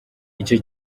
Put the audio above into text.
icyo